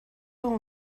اون